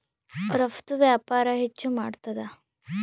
ರಫ್ತು ವ್ಯಾಪಾರ ಹೆಚ್ಚು ಮಾಡ್ತಾದ